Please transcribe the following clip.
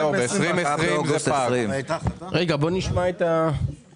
כמובן שאנחנו מצפים לפתרון שימנע